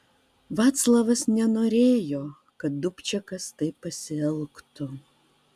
vaclavas nenorėjo kad dubčekas taip pasielgtų